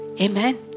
Amen